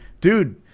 Dude